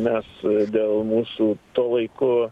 mes dėl mūsų tuo laiku